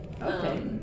Okay